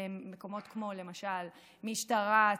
מקומות כמו למשל משטרה,